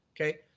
okay